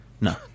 No